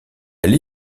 elle